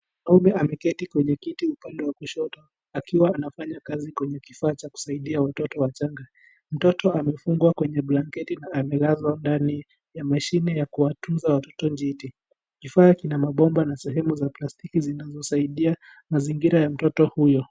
Mwanaume ameketi kwenye kiti upande wa kushoto akiwa anafanya kazi kwenye kifaa cha kusaidia watoto wachanga mtoto amefungwa kwenye blanketi na amelazwa ndani ya mashine ya kuwatunza watoto njiti kifaa kina mabomba na sehemu ya plastiki zinazosaidia mazingira ya mtoto huyo.